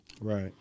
Right